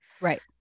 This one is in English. Right